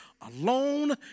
alone